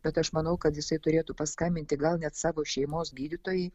bet aš manau kad jisai turėtų paskambinti gal net savo šeimos gydytojai